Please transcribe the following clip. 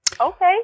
Okay